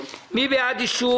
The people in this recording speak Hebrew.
לא אחתום